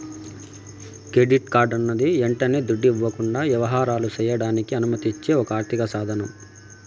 credit కార్డన్నది యంటనే దుడ్డివ్వకుండా యవహారాలు సెయ్యడానికి అనుమతిచ్చే ఒక ఆర్థిక సాదనం